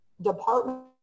department